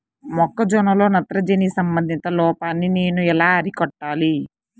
మొక్క జొన్నలో నత్రజని సంబంధిత లోపాన్ని నేను ఎలా అరికట్టాలి?